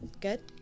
good